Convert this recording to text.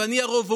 ואני הרוב,